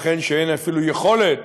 ייתכן שאין אפילו יכולת,